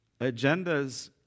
Agendas